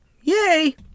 Yay